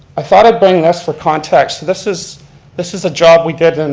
i thought i'd bring this for context. this is this is the job we did, and